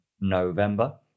November